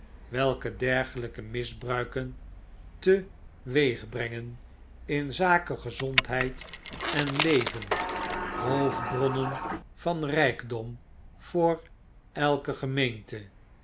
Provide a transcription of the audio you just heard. welke dergelijke misbruiken teweegbrengen in zake gezondheid en leven hoofdbronnen van rpdom voor elke gemeente